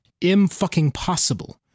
im-fucking-possible